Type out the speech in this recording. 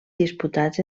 disputats